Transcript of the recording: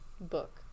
book